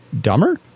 dumber